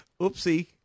Oopsie